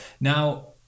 Now